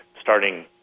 starting